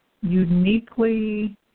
uniquely